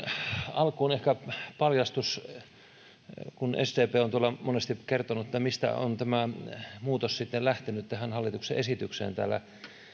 alkuun ehkä paljastus sdp on monesti kertonut mistä on tämä muutos sitten lähtenyt tähän hallituksen esitykseen täällä